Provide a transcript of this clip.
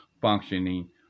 functioning